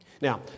Now